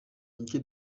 icyo